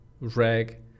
reg